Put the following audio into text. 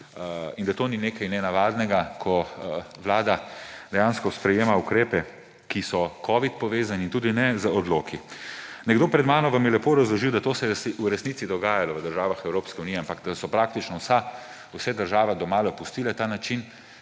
in da to ni nekaj nenavadnega, ko vlada dejansko sprejema ukrepe, ki so povezani s covidom, in tudi ne z odloki. Nekdo pred menoj vam je lepo razložil, da to se je v resnici dogajalo v državah Evropske unije, ampak da so praktično vse države domala pustile ta način,